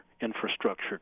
infrastructure